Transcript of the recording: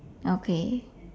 okay